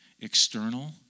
external